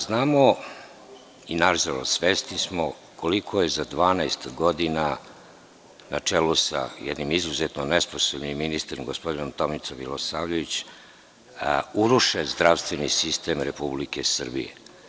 Znamo i nažalost svesni smo koliko je za 12 godina na čelu sa jednim izuzetno nesposobnim ministrom, gospodinom Tomicom Milosavljevićem, urušen zdravstveni sistem Republike Srbije.